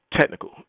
technical